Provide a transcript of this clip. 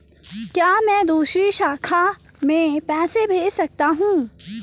क्या मैं दूसरी शाखा में पैसे भेज सकता हूँ?